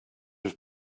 have